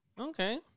Okay